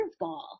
curveball